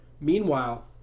Meanwhile